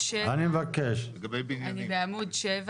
אני בעמוד 7